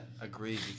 agree